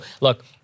look